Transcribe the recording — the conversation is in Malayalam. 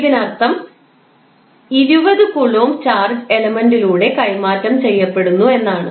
ഇതിനർത്ഥം 20 കൂലോംബ് ചാർജ് എലമെൻറിലൂടെ കൈമാറ്റം ചെയ്യപ്പെടുന്നു എന്നാണ്